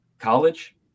College